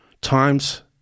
Times